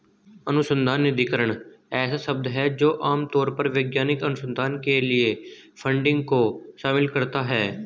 अनुसंधान निधिकरण ऐसा शब्द है जो आम तौर पर वैज्ञानिक अनुसंधान के लिए फंडिंग को शामिल करता है